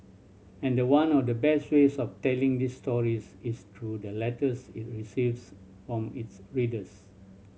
and one of the best ways of telling these stories is through the letters it receives from its readers